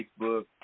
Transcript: Facebook